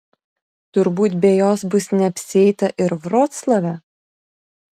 turbūt be jos bus neapsieita ir vroclave